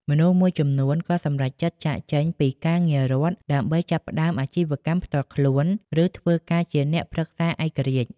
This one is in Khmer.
មនុស្សមួយចំនួនក៏សម្រេចចិត្តចាកចេញពីការងាររដ្ឋ ដើម្បីចាប់ផ្តើមអាជីវកម្មផ្ទាល់ខ្លួន ឬធ្វើការជាអ្នកប្រឹក្សាឯករាជ្យ ។